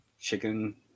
chicken